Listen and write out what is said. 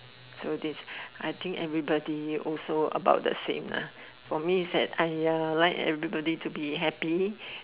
so this I think everybody also about the same lah for me is that !aiya! I like everybody to be happy